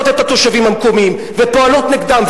את התושבים המקומיים ופועלות נגדם.